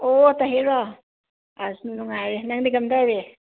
ꯑꯣ ꯇꯍꯤꯔꯔꯣ ꯑꯁ ꯅꯨꯡꯉꯥꯏꯔꯤ ꯅꯪꯗꯤ ꯀꯝꯗꯧꯔꯤ